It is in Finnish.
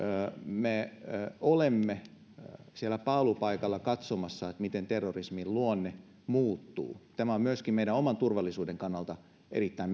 me olemme siellä paalupaikalla katsomassa miten terrorismin luonne muuttuu tämä on myöskin meidän oman turvallisuuden kannalta erittäin